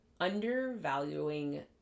undervaluing